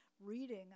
reading